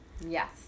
Yes